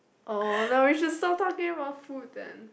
oh no we should stop talking about food then